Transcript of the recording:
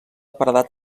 paredat